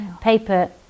Paper